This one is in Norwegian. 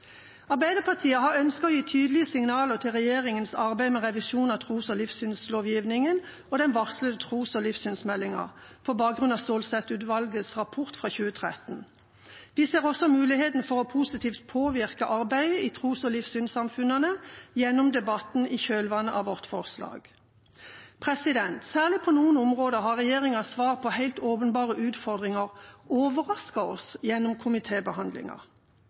Arbeiderpartiet har ønsket å gi tydelige signaler til regjeringas arbeid med revisjon av tros- og livssynslovgivningen og den varslede tros- og livssynsmeldingen på bakgrunn av Stålsett-utvalgets rapport fra 2013. Vi ser også muligheten for positivt å påvirke arbeidet i tros- og livssynssamfunnene gjennom debatten i kjølvannet av vårt forslag. Særlig på noen områder har regjeringas svar på helt åpenbare utfordringer overrasket oss gjennom